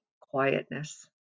quietness